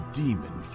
demon